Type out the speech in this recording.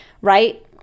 Right